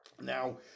Now